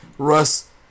Russ